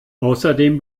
außerdem